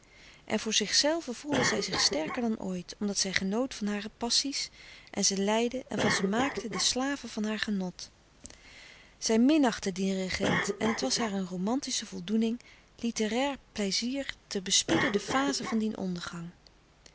en voor zichzelve voelde zij zich sterker dan ooit omdat zij genoot van hare passie's en ze leidde en van ze maakte de slaven van haar genot zij minachtte dien regent en het was haar een romantische voldoening litterair pleizier te bespieden de fazen van dien ondergang